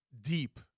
deep